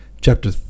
Chapter